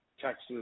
Texas